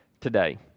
today